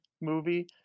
movie